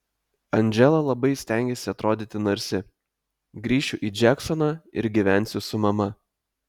andžela labai stengiasi atrodyti narsi grįšiu į džeksoną ir gyvensiu su mama